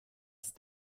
ist